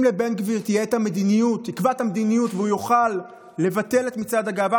אם בן גביר יקבע את המדיניות והוא יוכל לבטל את מצעד הגאווה,